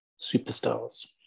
superstars